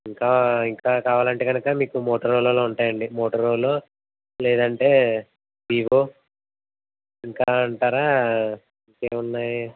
ఇంకా ఇంకా కావాలంటే కనుక మీకు మోటరోలాలో ఉంటాయండి మోటరోలో లేదంటే వీవో ఇంకా అంటారా ఇంకేమున్నాయ్